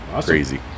crazy